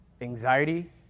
anxiety